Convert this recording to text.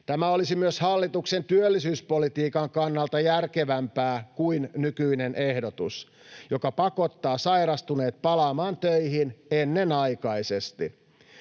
Tämä olisi myös hallituksen työllisyyspolitiikan kannalta järkevämpää kuin nykyinen ehdotus, joka pakottaa sairastuneet palaamaan töihin ennenaikaisesti.